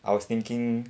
I was thinking